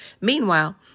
Meanwhile